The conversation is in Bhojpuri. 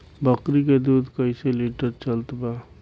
बकरी के दूध कइसे लिटर चलत बा?